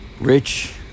rich